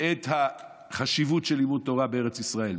את החשיבות של לימוד תורה בארץ ישראל,